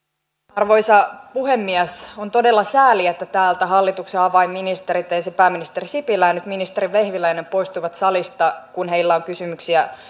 arvoisa puhemies on todella sääli että hallituksen avainministerit ensin pääministeri sipilä ja nyt ministeri vehviläinen poistuivat salista kun heillä on kysymyksiä